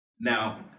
Now